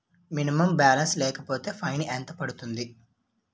Minimum balance లేకపోతే fine ఎంత పడుతుంది?